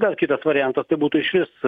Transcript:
dar kitas variantas būtų išvis